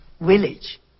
village